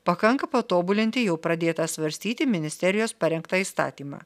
pakanka patobulinti jau pradėtą svarstyti ministerijos parengtą įstatymą